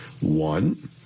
One